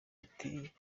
ati